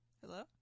Hello